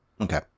Okay